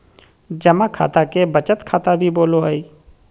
जमा खाता के बचत खाता भी बोलो हइ